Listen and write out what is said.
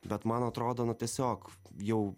bet man atrodo na tiesiog jau